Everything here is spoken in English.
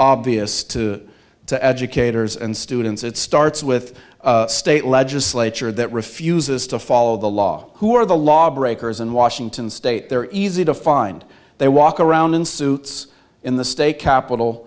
obvious to the educators and students it starts with a state legislature that refuses to follow the law who are the lawbreakers in washington state they're easy to find they walk around in suits in the state capit